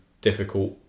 difficult